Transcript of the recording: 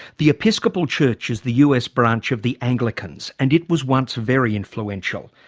the episcopal church is the us branch of the anglicans. and it was once very influential.